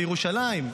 בירושלים,